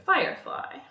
Firefly